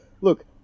look